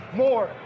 more